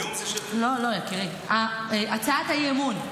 לא, יקירי, הצעת האי-אמון.